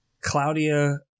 Claudia